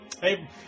Hey